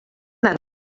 nadal